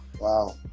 wow